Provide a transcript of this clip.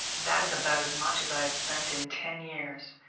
that is about as much as i have spent in ten years.